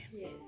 Yes